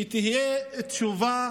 שתהיה תשובה